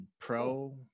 pro